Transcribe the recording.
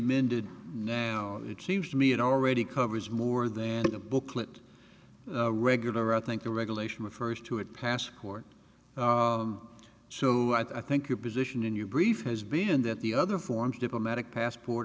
amended now it seems to me it already covers more than a booklet regular i think the regulation refers to a passport so i think your position in your brief has been that the other forms diplomatic passport